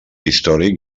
històric